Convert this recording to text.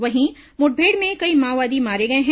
वहीं मुठभेड़ में कई माओवादी मारे गए हैं